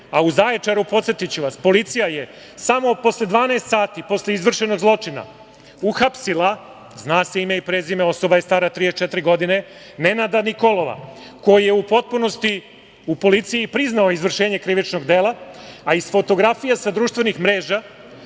Zaječaru, podsetiću vas, policija je samo posle 12 sati posle izvršenog zločina uhapsila, zna se ime i prezime, osoba je stara 34 godine, Nenada Nikolova, koji je u potpunosti u policiji priznao izvršenje krivičnog dela, a iz fotografija sa društvenih mreža